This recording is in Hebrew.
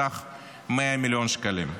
בסך 100 מיליון שקלים.